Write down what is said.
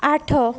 ଆଠ